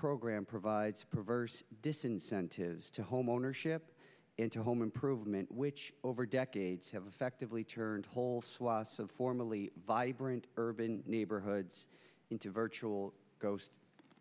program provides perverse disincentives to homeownership into home improvement which over decades have effectively turned whole swaths of formally vibrant urban neighborhoods into virtual ghost